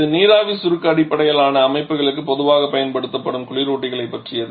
இது நீராவி சுருக்க அடிப்படையிலான அமைப்புகளுக்கு பொதுவாகப் பயன்படுத்தப்படும் குளிரூட்டிகளைப் பற்றியது